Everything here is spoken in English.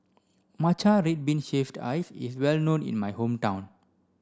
matcha red bean shaved ice is well known in my hometown